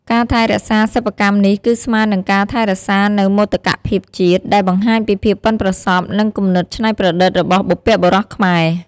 ការថែរក្សាសិប្បកម្មនេះ គឺស្មើនឹងការថែរក្សានូវមោទកភាពជាតិ ដែលបង្ហាញពីភាពប៉ិនប្រសប់ និងគំនិតច្នៃប្រឌិតរបស់បុព្វបុរសខ្មែរ។